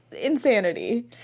insanity